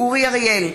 אורי אריאל,